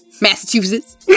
Massachusetts